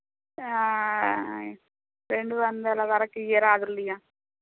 రెండు వందల వరకు ఇవ్వరాదులియ